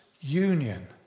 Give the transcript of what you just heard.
union